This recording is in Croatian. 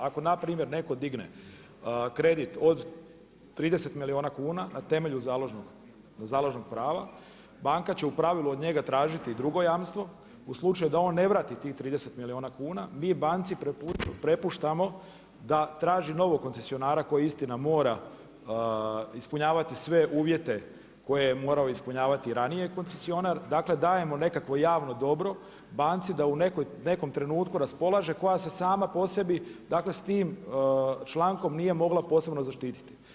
Ako npr. netko digne kredit od 30 milijuna kuna na temelju založnog prava, banka će u pravilu od njega tražiti drugo jamstvo, u slučaju da on ne vrati tih 30 milijuna kuna, vi banci prepuštamo da traži novog koncesionara koji istina, mora ispunjavati sve uvijete koje je morao ispunjavati i ranije koncesionar, dakle dajemo nekakvo javno dobro banci da u nekom trenutku raspolaže, koja se sama po sebi s tim člankom nije mogla posebno zaštiti.